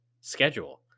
schedule